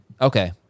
Okay